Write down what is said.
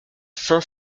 saint